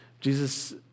Jesus